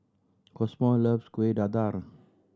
Cosmo loves Kueh Dadar